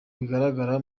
bigaragara